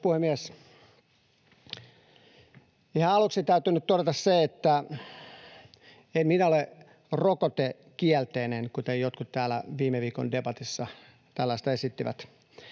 Arvoisa puhemies! Ihan aluksi täytyy nyt todeta se, että en minä ole rokotekielteinen, kuten jotkut täällä viime viikon debatissa esittivät.